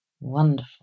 Wonderful